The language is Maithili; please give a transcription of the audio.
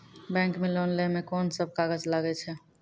बैंक मे लोन लै मे कोन सब कागज लागै छै?